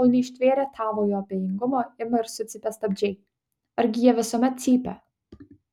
kol neištvėrę tavojo abejingumo ima ir sucypia stabdžiai argi jie visuomet cypia